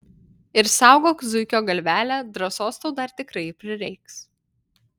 ir saugok zuikio galvelę drąsos tau dar tikrai prireiks